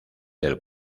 del